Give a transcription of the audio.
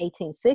1860